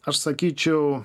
aš sakyčiau